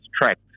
track